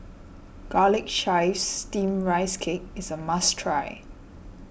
Garlic Chives Steamed Rice Cake is a must try